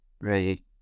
Right